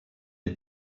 des